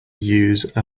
use